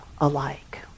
alike